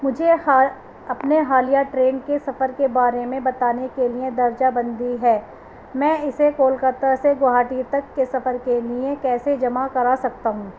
مجھے ہا اپنے حالیہ ٹرین کے سفر کے بارے میں بتانے کے لیے درجہ بندی ہے میں اسے کولکاتا سے گوہاٹی تک کے سفر کے لیے کیسے جمع کرا سکتا ہوں